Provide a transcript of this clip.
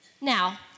Now